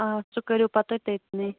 آ سُہ کٔرِو پَتہ تٔتنٕے